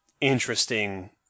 interesting